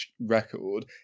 record